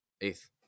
eighth